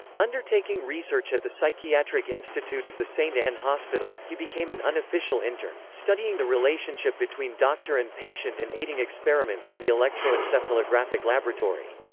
undertaking research at the psychiatric institute of the sainte-anne hospital, he became an unofficial intern, studying the relationship between doctor and patient and aiding experiments in the electroencephalographic laboratory.